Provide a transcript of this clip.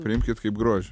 priimkit kaip grožį